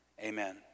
Amen